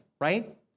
right